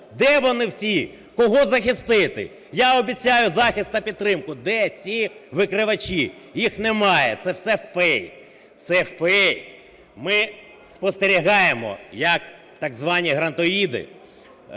Де вони всі? Кого захистити? Я обіцяю захист та підтримку. Де ті викривачі? Їх немає. Це все фейк. Це фейк. Ми спостерігаємо, як так звані грантоїди